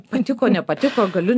patiko nepatiko galiu